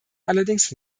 allerdings